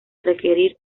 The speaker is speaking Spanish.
requerir